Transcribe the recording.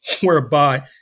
whereby